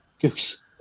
Goose